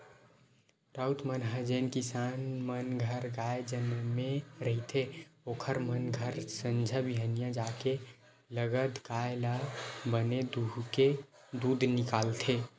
राउत मन ह जेन किसान मन घर गाय जनमे रहिथे ओखर मन घर संझा बिहनियां जाके लगत गाय ल बने दूहूँके दूद निकालथे